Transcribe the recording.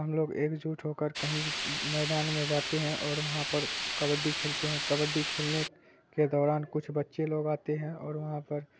ہم لوگ ایک جٹ ہو کر کہیں میدان میں جاتے ہیں اور وہاں پر کبڈی کھیلتے ہیں کبڈی کھیلنے کے دوران کچھ بچے لوگ آتے ہیں اور وہاں پر